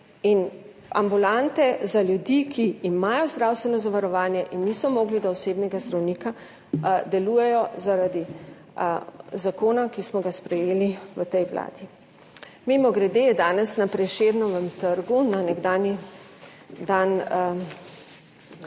in ambulante za ljudi, ki imajo zdravstvenega zavarovanja in niso mogli do osebnega zdravnika, delujejo zaradi zakona, ki smo ga sprejeli v tej vladi. Mimogrede, danes je na Prešernovem trgu na nekdanji dan